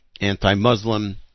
anti-Muslim